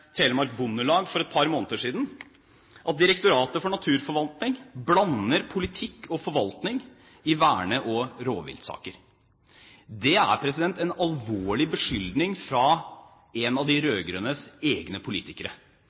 Telemark Bondelag for et par måneder siden at Direktoratet for naturforvaltning blander politikk og forvaltning i verne- og rovviltsaker. Det er en alvorlig beskyldning fra en av de rød-grønnes egne politikere.